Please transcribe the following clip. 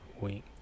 wink